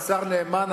השר נאמן,